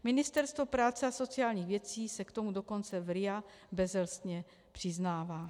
Ministerstvo práce a sociálních věcí se k tomu dokonce v RIA bezelstně přiznává.